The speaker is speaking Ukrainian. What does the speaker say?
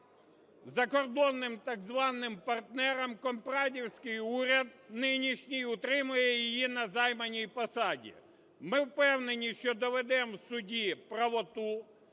закордонним так званим партнерам компрадівський уряд нинішній утримує її на займаній посаді. Ми впевнені, що доведемо в суді правоту,